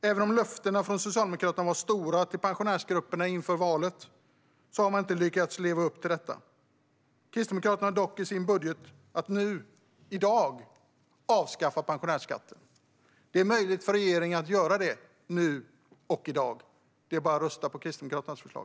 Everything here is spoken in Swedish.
Även om löftena från Socialdemokraterna var stora till pensionärsgrupperna inför valet har man inte lyckats leva upp till detta. Kristdemokraterna har dock i sin budget att nu i dag avskaffa pensionärsskatten. Det är möjligt för regeringen att göra det nu i dag - det är bara att rösta på Kristdemokraternas förslag.